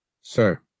Sir